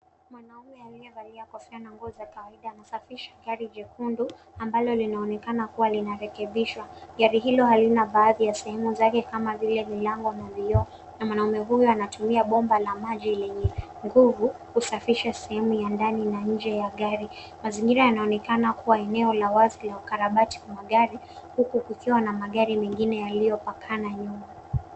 Mwanamume aliyevalia kofia na nguo za kawaida, anasafisha gari jekundu ambalo linaonekana kuwa linarekebishwa. Gari hilo halina baadhi ya sehemu zake kama vile milango na vioo na wanamume huyo anatumia bomba la maji lenye nguvu kusafisha sehemu ya ndani na nje ya gari. Mazingira yanaonekana kuwa eneo la wazi ya ukarabati wa magari, huku kukiwa na magari mengine yaliyopakana na nyuma.